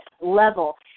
level